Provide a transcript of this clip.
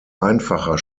einfacher